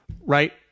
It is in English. right